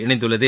இணைந்துள்ளது